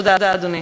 תודה, אדוני.